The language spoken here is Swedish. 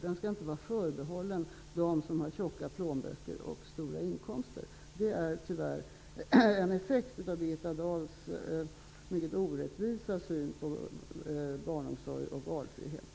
Den skall inte vara förbehållen de som har tjocka plånböcker och stora inkomster. Det är tyvärr en effekt av Birgitta Dahls mycket orättvisa syn på barnomsorg och valfrihet.